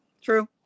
True